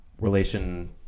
relation